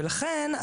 לכן,